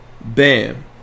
Bam